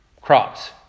crops